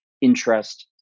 interest